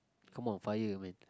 come on fire man